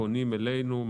פונים אלינו,